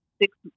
six